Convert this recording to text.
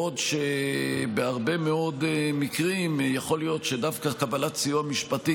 בעוד שבהרבה מאוד מקרים יכול להיות שדווקא קבלת סיוע משפטי